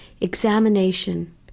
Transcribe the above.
examination